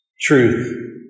Truth